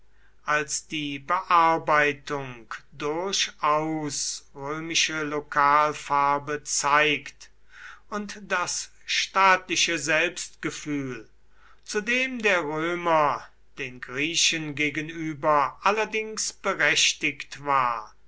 als die bearbeitung durchaus römische lokalfarbe zeigt und das staatliche selbstgefühl zu dem der römer den griechen gegenüber allerdings berechtigt war